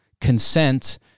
consent